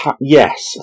Yes